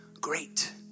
Great